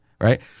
right